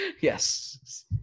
Yes